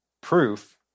proof